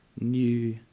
new